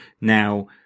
now